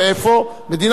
לא, זה לא נכון.